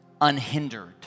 unhindered